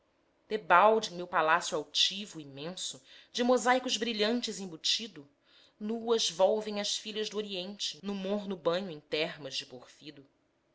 debalde em meu palácio altivo imenso de mosaicos brilhantes embutido nuas volvem as filhas do oriente no morno banho em termas de porfido só